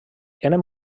eren